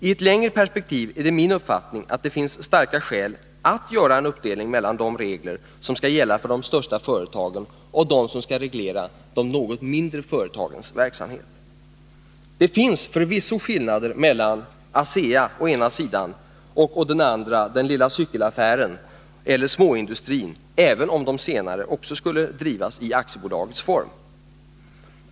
Det är min uppfattning att det i ett längre perspektiv finns starka skäl att göra en uppdelning mellan de regler som skall gälla för de största företagen och de som skall reglera de något mindre företagens verksamhet. Det finns förvisso skillnader mellan ASEA och den lilla cykelaffären eller småindustrin, även om de senare också drivs i aktiebolagets form.